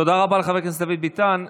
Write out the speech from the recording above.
תודה רבה לחבר הכנסת דוד ביטן.